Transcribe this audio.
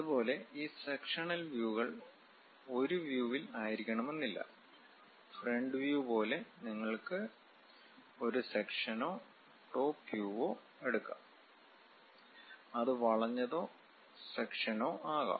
അതുപോലെ ഈ sectional view കൾ ഒരു വ്യൂവിൽ ആയിരിക്കണമെന്നില്ല ഫ്രണ്ട് വ്യൂ പോലെ നിങ്ങൾക്ക് ഒരു സെക്ഷനോ ടോപ്പ് വ്യൂവോ എടുക്കാം അത് വളഞ്ഞതോ സെക്ഷനോ ആകാം